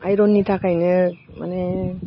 आइरननि थाखायनो माने